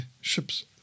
ship's